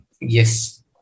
Yes